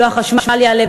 לא מחיר החשמל יעלה,